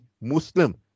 Muslim